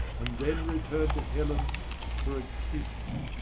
and then return to helen for a kiss.